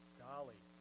golly